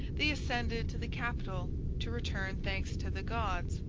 they ascended to the capitol to return thanks to the gods,